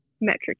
metric